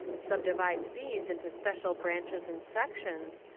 subdivides these into spe cial branches and sections,